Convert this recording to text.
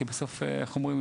כי בסוף איך אומרים,